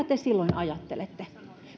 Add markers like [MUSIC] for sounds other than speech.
[UNINTELLIGIBLE] te silloin ajattelette